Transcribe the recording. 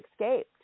escaped